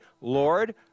Lord